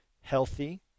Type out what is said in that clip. healthy